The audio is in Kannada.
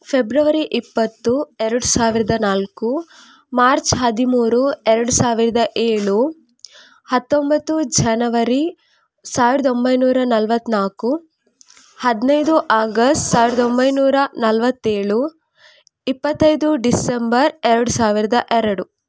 ಫೆಬ್ರವರಿ ಇಪ್ಪತ್ತು ಎರಡು ಸಾವಿರದ ನಾಲ್ಕು ಮಾರ್ಚ್ ಹದಿಮೂರು ಎರಡು ಸಾವಿರದ ಏಳು ಹತ್ತೊಂಬತ್ತು ಜನವರಿ ಸಾವಿರದ ಒಂಬೈನೂರ ನಲವತ್ತು ನಾಲ್ಕು ಹದಿನೈದು ಆಗಸ್ಟ್ ಸಾವಿರದ ಒಂಬೈನೂರ ನಲವತ್ತೇಳು ಇಪ್ಪತೈದು ಡಿಸೆಂಬರ್ ಎರಡು ಸಾವಿರದ ಎರಡು